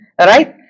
Right